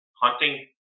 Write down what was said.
hunting